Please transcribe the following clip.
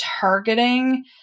targeting